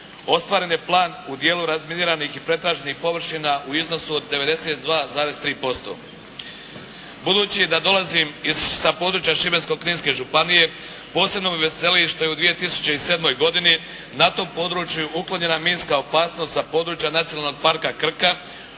Ostvaren je plan u dijelu razminiranih i pretraženih površina u iznosu od 92,3%. Budući da dolazim sa područja Šibensko-kninske županije posebno me veseli što je u 2007. godini na tom području uklonjena minska opasnost sa područja Nacionalnog parka Krka